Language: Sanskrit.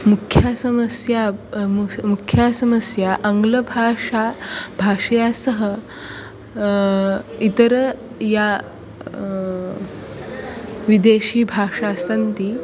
मुख्या समस्या मुख्या समस्या आङ्ग्लभाषा भाषया सह इतराः याः विदेशीभाषास्सन्ति